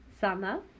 sana